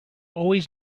always